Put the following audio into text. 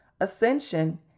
ascension